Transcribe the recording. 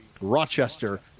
Rochester